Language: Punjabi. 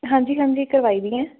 ਹਾਂਜੀ ਹਾਂਜੀ ਕਰਵਾਈ ਦੀਆਂ